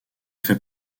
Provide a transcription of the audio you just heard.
fait